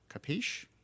Capiche